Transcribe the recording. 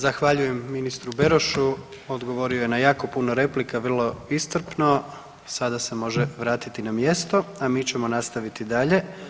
Zahvaljujem ministru Berošu, odgovorio je na jako puno replika vrlo iscrpno, sada se može vratiti na mjesto, a mi ćemo nastaviti dalje.